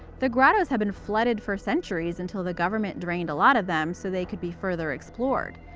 the grottoes have been flooded for centuries until the government drained a lot of them so they could be further explored.